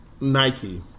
Nike